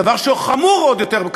דבר שחמור עוד יותר,